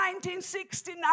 1969